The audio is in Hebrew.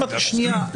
שנייה.